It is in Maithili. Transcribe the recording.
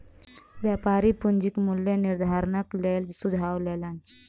व्यापारी पूंजीक मूल्य निर्धारणक लेल सुझाव लेलैन